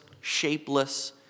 shapeless